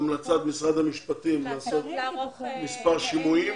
המשפטים לעשות מספר שימועים.